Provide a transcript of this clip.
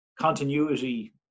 continuity